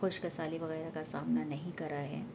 خشک سالی وغیرہ کا سامنا نہیں کرا ہے